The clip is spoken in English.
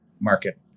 market